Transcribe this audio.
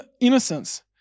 innocence